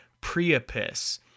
Priapus